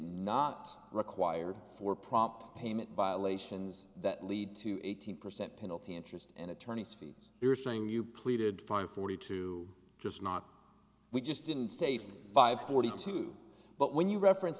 not required for prompt payment violations that lead to eighteen percent penalty interest and attorney's fees you're saying you pleaded fine forty two just not we just didn't say fifty five forty two but when you reference